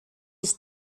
ich